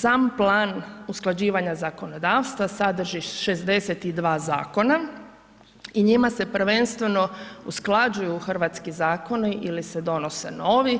Sam plan usklađivanja zakonodavstva sadrži 62 zakona i njima se prvenstveno usklađuju hrvatski zakoni ili se donose novi